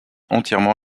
entièrement